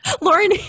Lauren